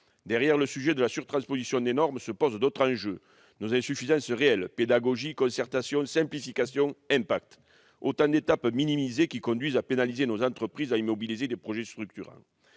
Derrière le sujet de la surtransposition des normes se posent d'autres enjeux : nos insuffisances réelles- pédagogie, concertation, simplification, impacts ... Autant d'étapes minimisées qui conduisent à pénaliser nos entreprises, à immobiliser des projets structurants.